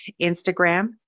Instagram